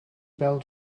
bêl